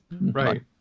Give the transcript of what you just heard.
Right